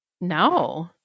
No